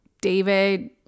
David